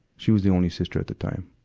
she was the only sister at the time.